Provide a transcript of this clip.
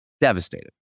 devastated